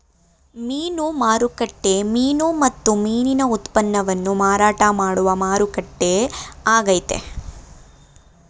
ಮೀನು ಮಾರುಕಟ್ಟೆ ಮೀನು ಮತ್ತು ಮೀನಿನ ಉತ್ಪನ್ನವನ್ನು ಮಾರಾಟ ಮಾಡುವ ಮಾರುಕಟ್ಟೆ ಆಗೈತೆ